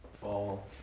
fall